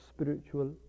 spiritual